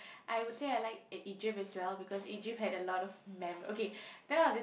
I would say I like E Egypt as well because Egypt had a lot of memo~ okay then I'll just